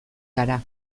gara